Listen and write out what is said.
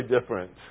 different